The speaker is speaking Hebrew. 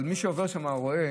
מי שעובר שם רואה